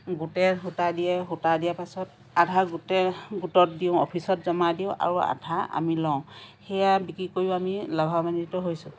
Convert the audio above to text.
গোটে সূতা দিয়ে সূতা দিয়াৰ পাছত আধা গোটে গোটত দিওঁ অফিচত জমা দিওঁ আৰু আধা আমি লওঁ সেয়া বিক্ৰী কৰিও আমি লাভাবান্বিত হৈছোঁ